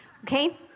Okay